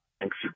Thanks